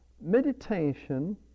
meditation